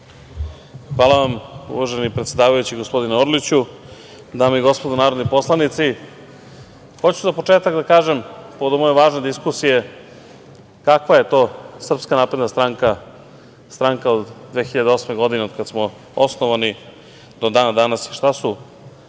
Hvala, uvaženi predsedavajući, gospodine Orliću. Dame i gospodo narodni poslanici, za početak hoću da kažem, povodom ove važne diskusije kakva je to Srpska napredna stranka, stranka od 2008. godine, od kad smo osnovani do dana današnjeg i šta su